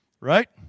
Right